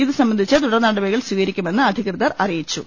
ഇതുസംബന്ധിച്ച് തുടർനടപടികൾ സ്വീകരിക്കുമെന്ന് അധികൃതർ അറിയിച്ചു